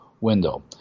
window